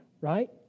Right